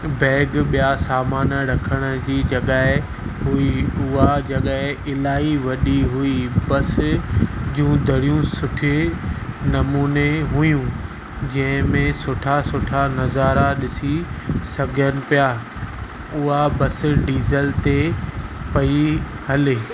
bag ॿिया सामान रखण जी जॻहि हुई उहा जॻहि इलाही वॾी हुई बस जूं दरियूं सुठे नमूने हुयूं जंहिंमें सुठा सुठा नज़ारा ॾिसी सघिजनि पिया उहा बस डीजल ते पई हले